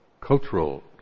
cultural